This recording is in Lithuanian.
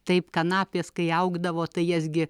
taip kanapės kai augdavo tai jas gi